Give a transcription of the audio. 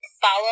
follow